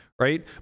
Right